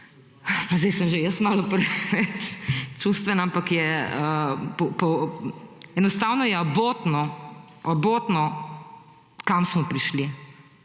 zdaj sem že jaz malo preveč čustvena, ampak je, enostavno, abotno, abotno kam smo prišli.